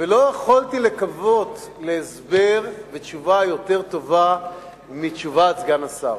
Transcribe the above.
ולא יכולתי לקוות להסבר ותשובה יותר טובה מתשובת סגן השר.